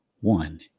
one